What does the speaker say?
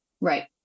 Right